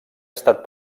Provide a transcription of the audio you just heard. estat